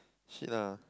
shit lah